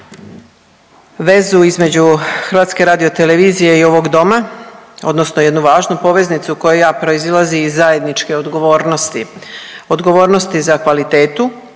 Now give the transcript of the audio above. vezu između HRT-a i ovog Doma odnosno jednu važnu poveznicu koja proizilazi iz zajedničke odgovornosti. Odgovornosti